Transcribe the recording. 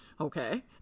okay